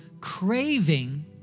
craving